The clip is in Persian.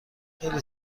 خیلی